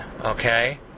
okay